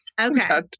Okay